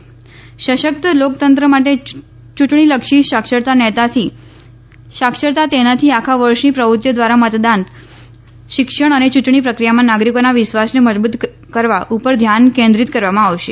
સશક્ત લોકતંત્ર માટે ચૂંટણીલક્ષી સાક્ષરતા તેનાથી આખા વર્ષની પ્રવૃત્તિઓ દ્વારા મતદાતા શિક્ષણ અને ચૂંટણી પ્રક્રિયામાં નાગરિકોના વિશ્વાસને મજબૂત કરવા ઉપર ધ્યાન કેન્દ્રીત કરવામાં આવશે